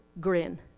grin